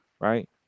right